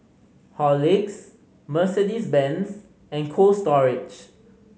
Horlicks Mercedes Benz and Cold Storage